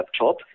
laptop